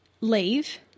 leave